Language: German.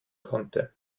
konnte